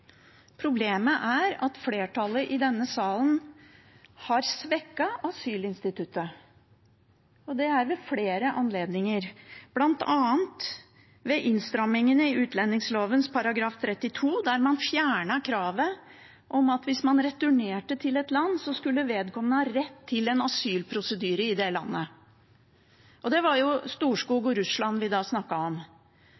denne salen har svekket asylinstituttet ved flere anledninger, bl.a. ved innstrammingene i utlendingsloven § 32. Der fjernet man kravet om at hvis man returnerte til et land, skulle vedkommende ha rett til en asylprosedyre i det landet – da var det Storskog